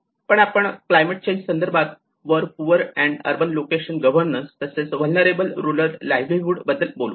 पण आपण climate change संदर्भात वर poor and urban local governance तसेच व्हेलनेरबल रुरल लाईव्हलीहुड बद्दल बोलू